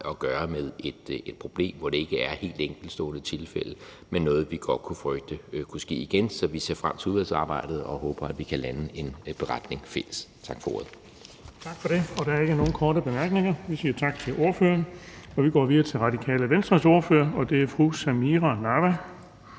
at gøre med et problem, hvor det ikke er et helt enkeltstående tilfælde, men noget, vi godt kunne frygte ville ske igen. Så vi ser frem til udvalgsarbejdet og håber, at vi kan lande en beretning fælles. Tak for ordet. Kl. 10:08 Den fg. formand (Erling Bonnesen): Tak for det. Der er ikke nogen korte bemærkninger. Vi siger tak til ordføreren. Vi går videre til Radikale Venstres ordfører, og det er fru Samira Nawa.